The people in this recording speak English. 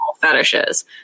fetishes